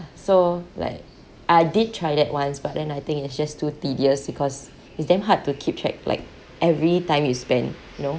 so like I did tried it once but then I think it's just too tedious because it's damn hard to keep track like every time you spend you know